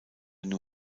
new